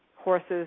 horses